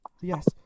Yes